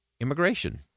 Immigration